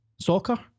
Soccer